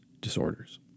disorders